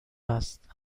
است